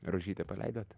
rožytę paleidot